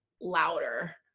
louder